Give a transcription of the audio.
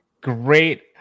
great